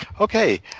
Okay